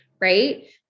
right